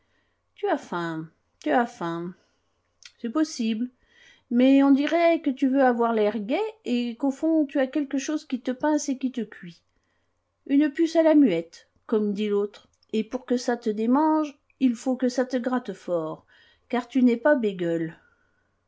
tu as faim tu as faim c'est possible mais on dirait que tu veux avoir l'air gai et qu'au fond tu as quelque chose qui te pince et qui te cuit une puce à la muette comme dit l'autre et pour que ça te démange il faut que ça te gratte fort car tu n'es pas